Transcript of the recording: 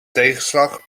tegenslag